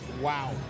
Wow